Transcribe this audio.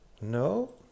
No